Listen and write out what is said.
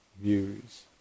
views